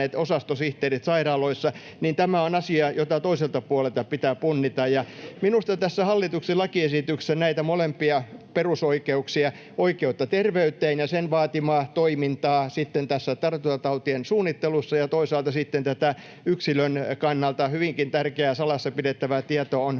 osastosihteerit sairaaloissa — on asia, jota toiselta puolelta pitää punnita. Minusta tässä hallituksen lakiesityksessä näitä molempia perusoikeuksia — oikeutta terveyteen ja sen vaatimaa toimintaa sitten tässä tartuntatautiasioiden suunnittelussa ja toisaalta sitten tätä yksilön kannalta hyvinkin tärkeää salassa pidettävää tietoa